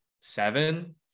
seven